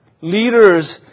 Leaders